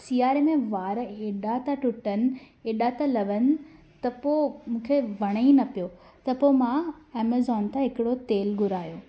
सियारे में वार एॾा था टुटनि एॾा था लवनि त पोइ मूंखे वणे ई न पियो त पोइ मां एमेज़ॉन ता हिकिड़ो तेल घुरायो